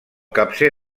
capcer